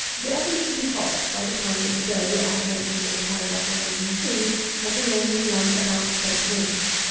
the oven should be hot by the time that the dough, as mentioned in paragraph one hundred and three, has remained in the lump about twenty minutes.